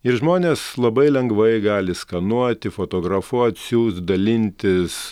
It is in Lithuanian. ir žmonės labai lengvai gali skanuoti fotografuot siųst dalintis